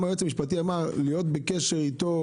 גם היועץ המשפטי אמר להיות בקשר איתו